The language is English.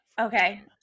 okay